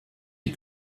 die